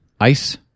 ice